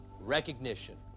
recognition